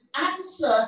answer